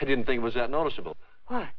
i didn't think was that noticeable